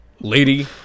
lady